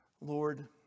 Lord